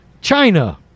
China